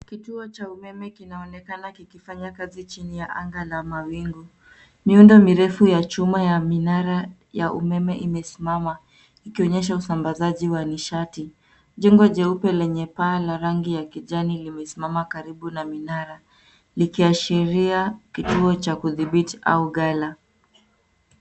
Kituo cha umeme kinaonekana kikifanya kazi chini ya anga ya mawingu. Miundo mirefu ya chuma ya minara ya umeme imesimama, ikionyesha usambazaji wa nishati. Jengo jeupe lenye paa la rangi ya kijani limesimama karibu na minara, likiashiria kituo cha kudhibiti au gala.